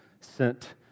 sent